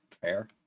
fair